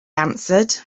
answered